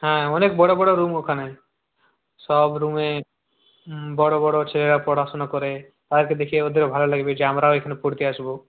হ্যাঁ অনেক বড় বড় রুম ওখানে সব রুমে বড় বড় ছেলেরা পড়াশুনা করে তাদেরকে দেখে ওদেরও ভালো লাগবে যে আমরাও এখানে পড়তে আসবো